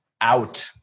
out